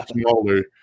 smaller